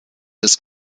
des